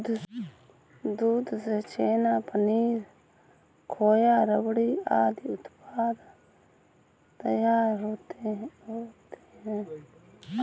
दूध से छेना, पनीर, खोआ, रबड़ी आदि उत्पाद तैयार होते हैं